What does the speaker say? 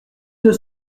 deux